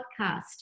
podcast